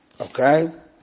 Okay